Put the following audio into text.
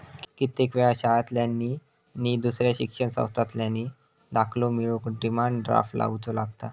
कित्येक वेळा शाळांतल्यानी नि दुसऱ्या शिक्षण संस्थांतल्यानी दाखलो मिळवूक डिमांड ड्राफ्ट लावुचो लागता